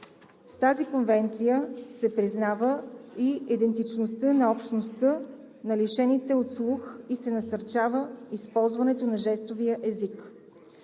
С тази конвенция се признава и идентичността на общността на лишените от слух и се насърчава използването на жестовия език.